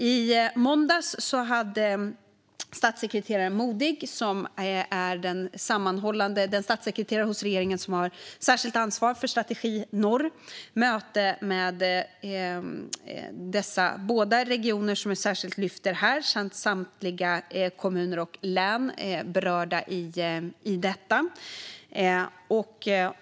I måndags hade statssekreterare Modig, den statssekreterare hos regeringen som har särskilt ansvar för strategi norr, möte med de båda regioner vi särskilt lyfter fram och samtliga kommuner och län berörda av detta.